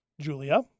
Julia